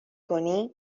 کنی